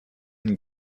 and